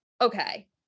okay